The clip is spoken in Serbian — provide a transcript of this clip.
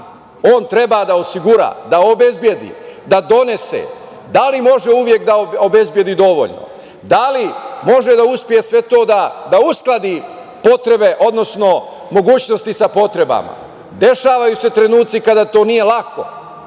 On treba da osigura, da obezbedi, da donese. Da li može uvek da obezbedi dovoljno, da li može da uspe da uskladi potrebe, odnosno mogućnosti sa potrebama? Dešavaju se trenuci kada to nije lako.